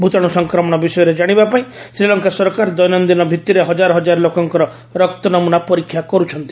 ଭୂତାଣ୍ର ସଂକ୍ରମଣ ବିଷୟରେ ଜାଶିବା ପାଇଁ ଶ୍ରୀଲଙ୍କା ସରକାର ଦୈନନ୍ଦିନ ଭିଭିରେ ହଜାର ହଜାର ଲୋକଙ୍କ ରକ୍ତନମ୍ରନା ପରୀକ୍ଷା କର୍ରଛନ୍ତି